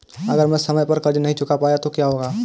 अगर मैं समय पर कर्ज़ नहीं चुका पाया तो क्या होगा?